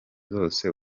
zose